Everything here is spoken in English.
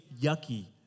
yucky